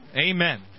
Amen